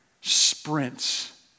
sprints